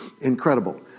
incredible